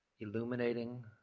Illuminating